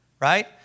Right